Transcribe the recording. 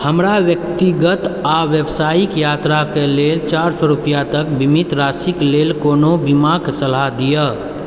हमरा व्यक्तिगत आ व्यवसायिक यात्राक लेल चारि सए रुपैआ तक बीमित राशिक लेल कोनो बीमाक सलाह दिअ